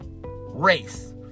race